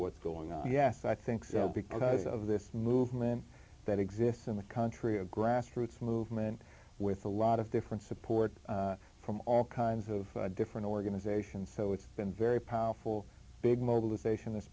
what's going on yes i think so because of this movement that exists in country a grassroots movement with a lot of different support from all kinds of different organizations so it's been very powerful big mobilization this